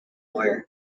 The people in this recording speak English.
lawyer